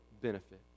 benefit